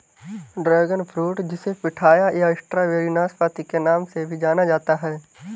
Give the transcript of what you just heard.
dragon fruit जिसे pitaya या strawberry नाशपाती के नाम से भी जाना जाता है